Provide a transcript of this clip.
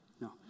No